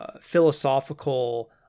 philosophical